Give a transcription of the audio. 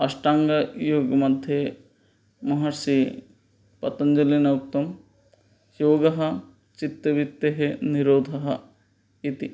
अष्टाङ्गयोगमध्ये महर्षिपतञ्जलिना उक्तं योगः चित्तवृत्तेः निरोधः इति